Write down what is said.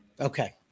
Okay